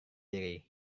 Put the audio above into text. diri